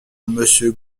monsieur